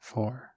Four